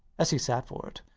as he sat for it.